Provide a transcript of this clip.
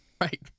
Right